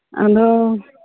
ᱟᱫᱚ